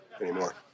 anymore